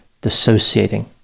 dissociating